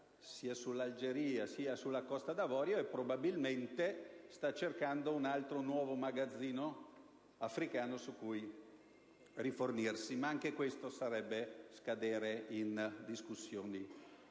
sull'Algeria e sulla Costa d'Avorio sta, probabilmente, cercando un altro magazzino africano da cui rifornirsi. Ma anche questo sarebbe scadere in discussioni